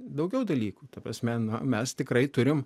daugiau dalykų ta prasme na mes tikrai turim